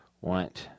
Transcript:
Want